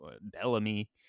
Bellamy